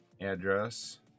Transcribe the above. address